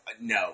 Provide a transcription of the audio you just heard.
no